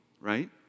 right